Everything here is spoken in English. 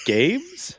Games